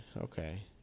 okay